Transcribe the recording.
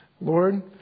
Lord